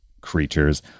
creatures